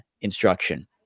instruction